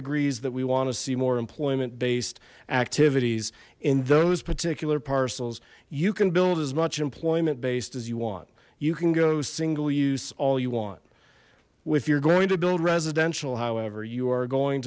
agrees that we want to see more employment based activities in those particular parcels you can build as much employment based as you want you can go single use all you want if you're going to build residential however you are going